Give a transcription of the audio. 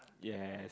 yes